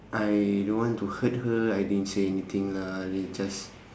I don't want to hurt her I didn't say anything lah I mean just